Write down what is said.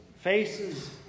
faces